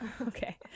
Okay